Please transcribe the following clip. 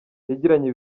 yagiranye